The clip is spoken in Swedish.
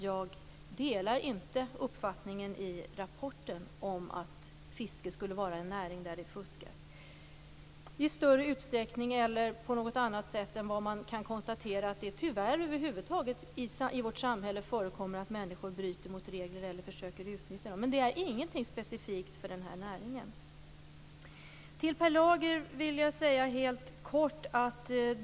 Jag delar inte uppfattningen i rapporten att fiske skulle vara en näring där det fuskas i större utsträckning än vad man kan konstatera att det, tyvärr, över huvud taget i vårt samhälle förekommer att människor bryter mot regler eller försöker att utnyttja dem. Det är ingenting specifikt för den näringen. Jag vill helt kort säga följande till Per Lager.